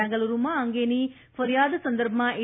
બેંગલૂરૂમાં આ અંગેની ફરીયાદ સંદર્ભમાં ઇ